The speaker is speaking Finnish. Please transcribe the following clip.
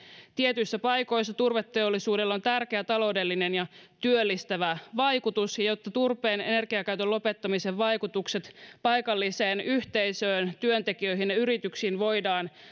tietyissä paikoissa turveteollisuudella on tärkeä taloudellinen ja työllistävä vaikutus ja ja jotta turpeen energiakäytön lopettamisen vaikutukset paikalliseen yhteisöön työntekijöihin ja yrityksiin voidaan